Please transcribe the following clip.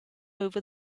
over